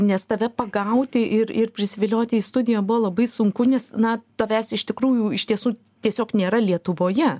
nes tave pagauti ir ir prisivilioti į studiją buvo labai sunku nes na tavęs iš tikrųjų iš tiesų tiesiog nėra lietuvoje